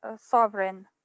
sovereign